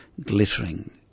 glittering